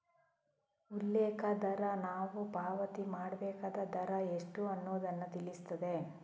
ಉಲ್ಲೇಖ ದರ ನಾವು ಪಾವತಿ ಮಾಡ್ಬೇಕಾದ ದರ ಎಷ್ಟು ಅನ್ನುದನ್ನ ತಿಳಿಸ್ತದೆ